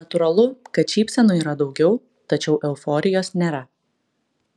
natūralu kad šypsenų yra daugiau tačiau euforijos nėra